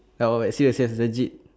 ah wait wait serious serious legit